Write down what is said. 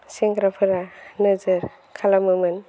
सेंग्राफोरा नोजोर खालामोमोन